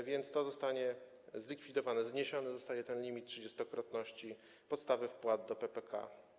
A więc to zostanie zlikwidowane, zniesiony zostanie ten limit trzydziestokrotności podstawy wpłat do PPK.